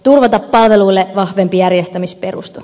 turvata palveluille vahvempi järjestämisperusta